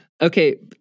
Okay